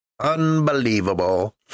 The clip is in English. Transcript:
Unbelievable